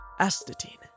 Astatine